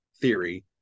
theory